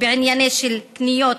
בענייני קניות,